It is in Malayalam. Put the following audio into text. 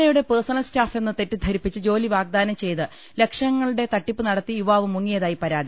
എയുടെ പേഴ്സണൽ സ്റ്റാഫെന്ന് തെറ്റിദ്ധരിപ്പിച്ച് ജോലി വാഗ്ദാനം ചെയ്ത് ലക്ഷങ്ങളുടെ തട്ടിപ്പ് നടത്തി യുവാവ് മുങ്ങിയതായി പരാതി